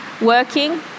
working